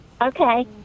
Okay